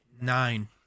Nine